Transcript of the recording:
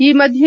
ಈ ಮಧ್ಯೆ